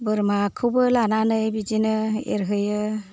बोरमाखौबो लानानै बिदिनो एरहोयो